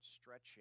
stretching